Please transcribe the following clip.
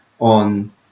on